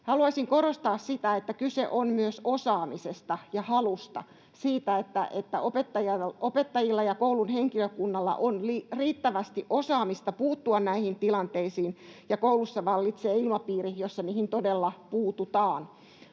Haluaisin korostaa sitä, että kyse on myös osaamisesta ja halusta, siitä, että opettajilla ja koulun muulla henkilökunnalla on riittävästi osaamista puuttua näihin tilanteisiin ja että koulussa vallitsee ilmapiiri, jossa niihin todella puututaan.